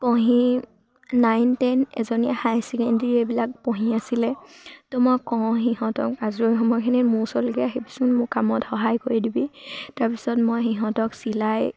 পঢ়ি nine ten এজনীয়ে high secondary এইবিলাক পঢ়ি আছিলে ত' মই কওঁ সিহঁতক আজৰি সময়খিনিত মোৰ ওচলৈকে আহিবিচোন মোক কামত সহায় কৰি দিবি তাৰপিছত মই সিহঁতক চিলাই